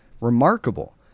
remarkable